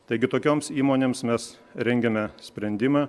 taigi tokioms įmonėms mes rengiame sprendimą